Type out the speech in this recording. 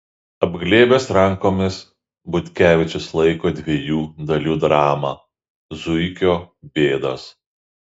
apglėbęs rankomis butkevičius laiko dviejų dalių dramą zuikio bėdos